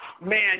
Man